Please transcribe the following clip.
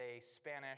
Spanish